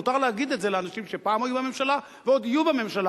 מותר להגיד את זה לאנשים שפעם היו בממשלה ועוד יהיו בממשלה,